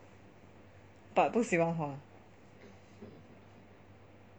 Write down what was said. but 不喜欢花